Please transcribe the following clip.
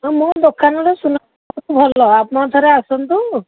ହଁ ମୋ ଦୋକାନର ସୁନା ସବୁ ଭଲ ଆପଣ ଥରେ ଆସନ୍ତୁ